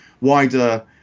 wider